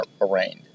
arraigned